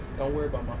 don't worry about